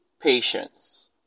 patience